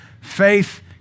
Faith